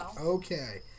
Okay